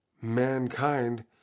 mankind